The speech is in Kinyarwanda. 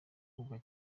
bavugwa